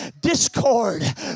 discord